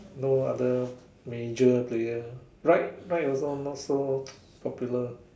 no other major player Ryde Ryde also not so popular